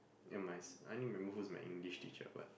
and my s~ I only remember who's my English teacher but